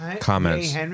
comments